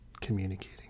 communicating